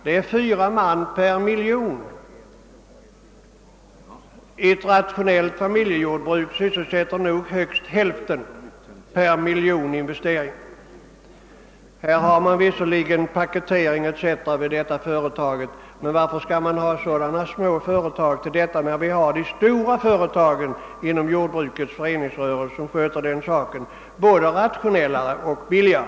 Det motsvarar fyra anställda per miljon kronor. Ett rationellt familjejordbruk sysselsätter högst hälften så många personer per miljon investerade kronor. Sörmlandsfabriken ombesörjer visserligen även paketering och annat, men varför skall sådant äga rum i så små företag, då vi inom jordbrukets föreningsrörelse har stora företag som sköter saken både rationellare och billigare?